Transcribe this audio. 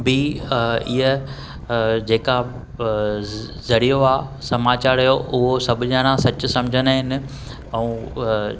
बि इअ जेका ज़रियो आहे समाचार जो उहो सभु ॼणा सच सम्झंदा आहिनि ऐं